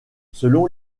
selon